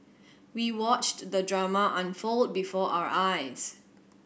we watched the drama unfold before our eyes